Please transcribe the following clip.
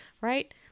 right